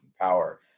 power